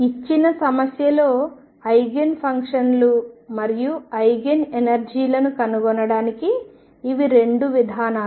ఇచ్చిన సమస్యలో eigen function లు మరియు ఐగెన్ ఎనర్జీ లను కనుగొనడానికి ఇవి రెండు విధానాలు